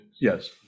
Yes